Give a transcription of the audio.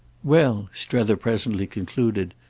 well, strether presently concluded,